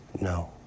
no